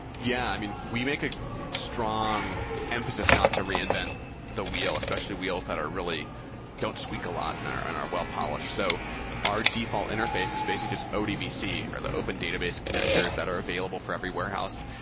yeah. i mean, we make a strong emphasis not to reinvent the wheel, especially wheels that really don't squeak a lot and are and are well-polished. so our default interface is basically just odbc, or the open database connectors that are available for every warehouse.